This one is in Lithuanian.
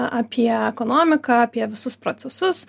apie ekonomiką apie visus procesus